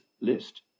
List